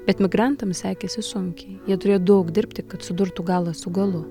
bet emigrantams sekėsi sunkiai jie turėjo daug dirbti kad sudurtų galą su galu